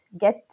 get